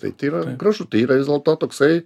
taip tai yra gražu tai yra vis dėlto toksai